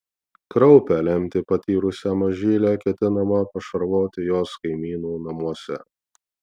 kraupią lemtį patyrusią mažylę ketinama pašarvoti jos kaimynų namuose